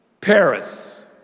Paris